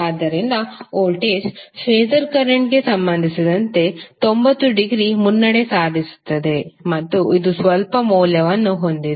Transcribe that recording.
ಆದ್ದರಿಂದ voltage phasor current ಗೆ ಸಂಬಂಧಿಸಿದಂತೆ 90 ಡಿಗ್ರಿ ಮುನ್ನಡೆ ಸಾಧಿಸುತ್ತದೆ ಮತ್ತು ಇದು ಸ್ವಲ್ಪ ಮೌಲ್ಯವನ್ನು ಹೊಂದಿದೆ